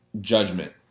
judgment